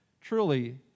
truly